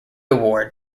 award